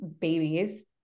babies